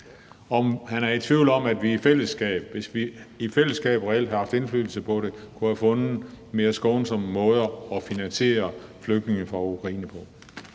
fra Ukraine på. Altså, hvis vi i fællesskab reelt har haft indflydelse på det, kunne vi have fundet mere skånsomme måder at finansiere flygtninge fra Ukraine på?